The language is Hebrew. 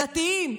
דתיים,